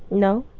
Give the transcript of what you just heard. no